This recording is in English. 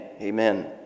Amen